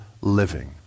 living